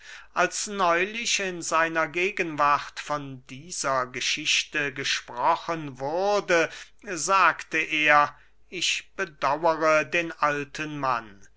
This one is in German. als neulich in seiner gegenwart von dieser geschichte gesprochen wurde sagte er ich bedaure den alten mann